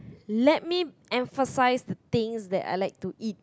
let me emphasize on the things that I like to eat